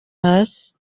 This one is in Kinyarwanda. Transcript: hasi